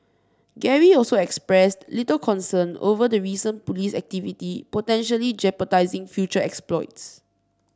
Gary also expressed little concern over the recent police activity potentially jeopardising future exploits